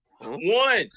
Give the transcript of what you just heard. One